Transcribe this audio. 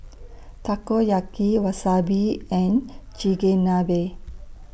Takoyaki Wasabi and Chigenabe